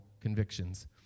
convictions